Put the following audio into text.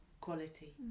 quality